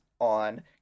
on